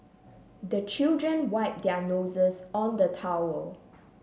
the children wipe their noses on the towel